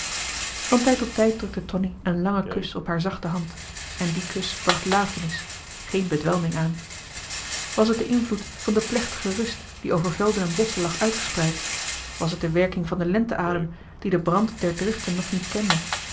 van tijd tot tijd drukte tonie een langen kus op haar zachte hand en die kus bracht lafenis geen bedwelming aan was t de invloed van de plechtige rust die over velden en bosschen lag uitgespreid was t de werking van den lente adem die den brand der driften nog niet kende